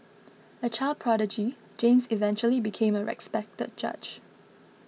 a child prodigy James eventually became a respected judge